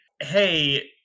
hey